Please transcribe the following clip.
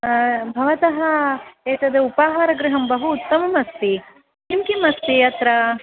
भवतः एतद् उपाहारगृहं बहु उत्तमम् अस्ति किं किम् अस्ति अत्र